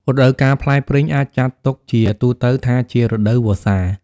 រដូវកាលផ្លែព្រីង អាចចាត់ទុកជាទូទៅថាជា រដូវវស្សា។